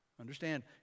Understand